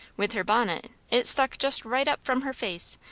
with her bonnet it stuck just right up from her face,